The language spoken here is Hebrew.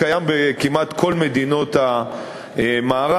הוא קיים כמעט בכל מדינות המערב,